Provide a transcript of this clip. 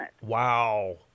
Wow